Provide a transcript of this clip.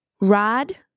Rod